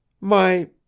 My—